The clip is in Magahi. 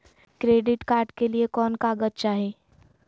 क्रेडिट कार्ड के लिए कौन कागज चाही?